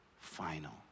final